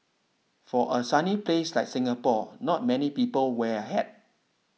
for a sunny place like Singapore not many people wear a hat